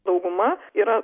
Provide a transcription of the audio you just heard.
dauguma yra